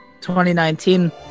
2019